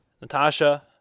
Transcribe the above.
Natasha